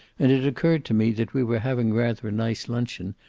and it occurred to me that we were having rather a nice luncheon,